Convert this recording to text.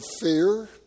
fear